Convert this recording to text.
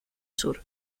sur